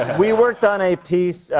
we worked on a piece,